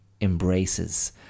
embraces